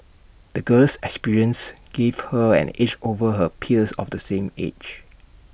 the girl's experiences gave her an edge over her peers of the same age